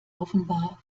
offenbar